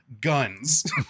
guns